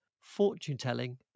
fortune-telling